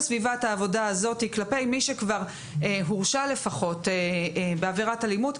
סביבת העבודה הזאת כלפי מי שכבר לפחות הורשע בעבירת אלימות,